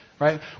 Right